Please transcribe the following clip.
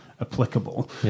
applicable